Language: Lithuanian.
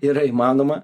yra įmanoma